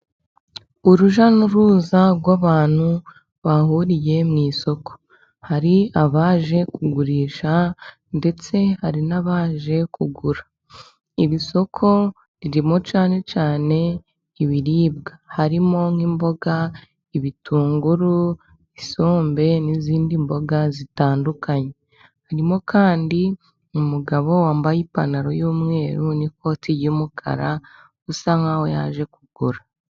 Urujya nuruza rw'abantu bahuriye mu isoko, hari abaje kugurisha ndetse hari n'abaje kugura, iri soko ririmo cyane cyane ibiribwa harimo:nk'imboga, ibitunguru, isombe n'izindi mboga zitandukanye harimo kandi umugabo wambaye ipantaro y'umweru, n'ikoti ry'umukara usa nkaho yaje kugura.